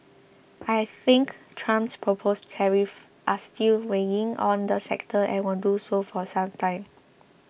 I think Trump's proposed tariffs are still weighing on the sector and will do so for some time